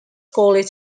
college